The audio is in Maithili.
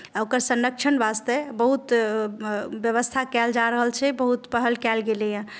ओकर संरक्षण वास्ते बहुत व्यवस्था कयल जा रहल छै बहुत पहल कयल गेलैए